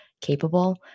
capable